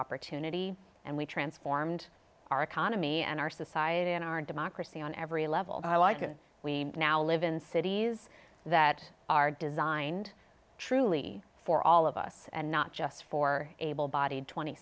opportunity and we transformed our economy and our society and our democracy on every level we now live in cities that are designed truly for all of us and not just for able bodied twenty